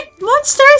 Monsters